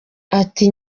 ati